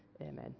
Amen